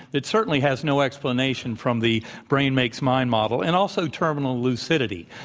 that certainly has no explanation from the brain makes mind model and also terminal lucidity,